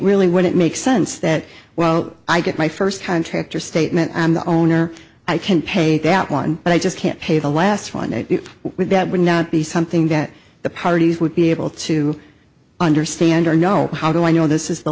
really wouldn't make sense that well i get my first contractor statement i'm the owner i can pay that one but i just can't pay the last fund with that would not be something that the parties would be able to understand or know how do i know this is the